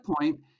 point